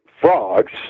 frogs